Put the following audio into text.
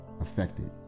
affected